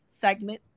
segment